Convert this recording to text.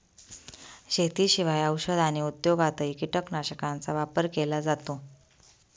शेतीशिवाय औषध आणि उद्योगातही कीटकनाशकांचा वापर केला जातो